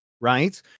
right